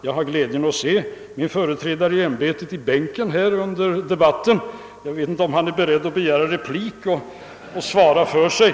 Jag har glädjen att se min företrädare i äm betet sitta i sin gamla bänk under denna debatt, men han är kanske inte beredd att begära replik och svara för sig!